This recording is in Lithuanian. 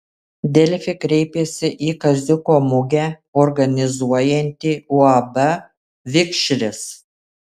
delfi kreipėsi į kaziuko mugę organizuojantį uab vikšris